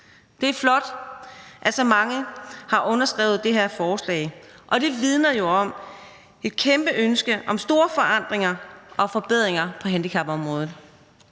Det er flot, at så mange har underskrevet det her forslag. Det vidner jo om et kæmpe ønske om store forandringer og forbedringer på handicapområdet.